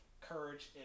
courage